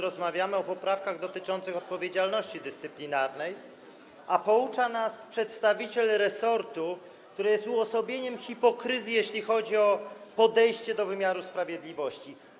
Rozmawiamy o poprawkach dotyczących odpowiedzialności dyscyplinarnej, a poucza nas przedstawiciel resortu, który jest uosobieniem hipokryzji, jeśli chodzi o podejście do wymiaru sprawiedliwości.